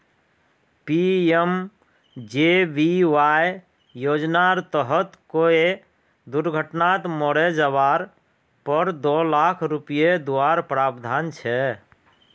PMJBY योज्नार तहत कोए दुर्घत्नात मोरे जवार पोर दो लाख रुपये दुआर प्रावधान छे